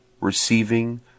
receiving